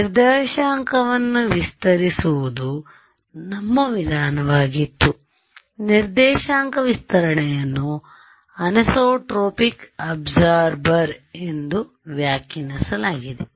ನಿರ್ದೇಶಾಂಕವನ್ನು ವಿಸ್ತರಿಸುವುದು ನಮ್ಮ ವಿಧಾನವಾಗಿತ್ತು ನಿರ್ದೇಶಾಂಕ ವಿಸ್ತರಣೆಯನ್ನುcoordinate stretching ಅನಿಸೊಟ್ರೊಪಿಕ್ ಅಬ್ಸಾರ್ಬರ್ ಎಂದು ವ್ಯಾಖ್ಯಾನಿಸಲಾಗಿದೆ